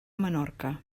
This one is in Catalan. menorca